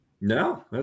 No